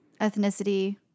ethnicity